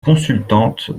consultante